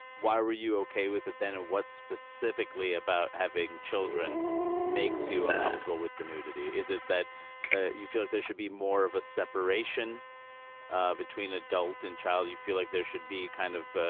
why were you okay with it then? what specifically about having children makes you uncomfortable with the nudity? is it that ah you feel that there should be more of a separation ah between adult and child? you feel like there should be kind of,